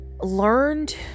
learned